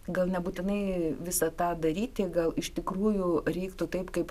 gal nebūtinai visą tą daryti gal iš tikrųjų reiktų taip kaip